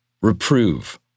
Reprove